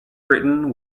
britain